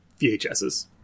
VHSs